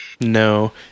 No